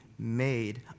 made